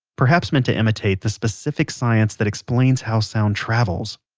perhaps meant to imitate the specific science that explains how sound travels,